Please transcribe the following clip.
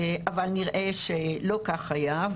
אבל נראה שלא כך היה,